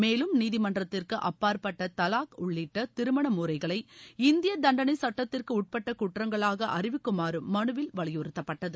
மேலும் நீதிமன்றத்திற்கு அப்பாற்பட்ட தலாக் உள்ளிட்ட திருமண முறைகளை இந்திய தண்டனை சுட்டத்திற்கு உட்பட்ட குற்றங்களாக அறிவிக்குமாறும் மனுவில் வலியுறுத்தப்பட்டது